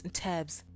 tabs